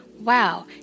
wow